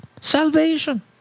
Salvation